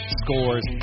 scores